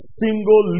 single